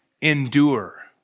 endure